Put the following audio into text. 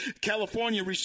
California